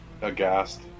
aghast